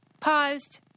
paused